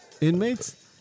inmates